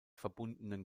verbundenen